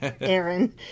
Aaron